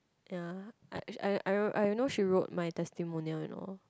ya I I I know she wrote my testimonial you know